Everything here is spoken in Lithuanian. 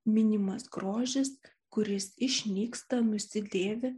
minimas grožis kuris išnyksta nusidėvi